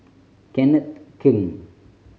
Kenneth Keng